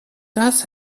das